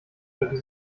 drücken